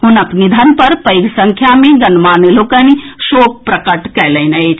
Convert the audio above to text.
हुनक निधन पर पैघ संख्या मे गणमान्य लोकनि शोक प्रकट कएलनि अछि